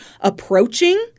approaching